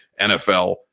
NFL